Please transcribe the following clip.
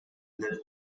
funeral